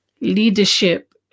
leadership